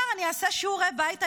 ושר האוצר אמר: אני אעשה שיעורי בית,